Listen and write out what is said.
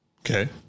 Okay